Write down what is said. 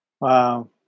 Wow